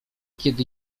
kiedy